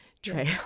trail